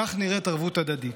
כך נראית ערבות הדדית.